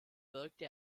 wirkte